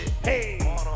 Hey